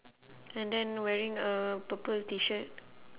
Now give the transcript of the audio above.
and then wearing a purple T-shirt